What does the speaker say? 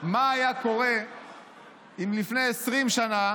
מה היה קורה אם לפני 20 שנה